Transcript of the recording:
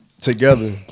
together